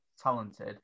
talented